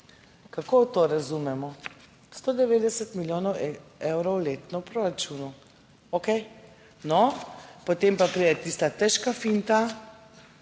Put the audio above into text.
Kako to razumemo? 190 milijonov evrov letno v proračunu, okej. No, potem pa pride tista težka finta,